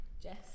Jess